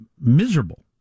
miserable